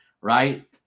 right